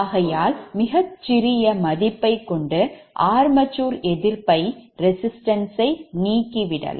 ஆகையால் மிகச்சிறிய மதிப்பை கொண்ட armature எதிர்ப்பை ரெசிஸ்டன்ஸ் ஐ நீக்கிவிடலாம்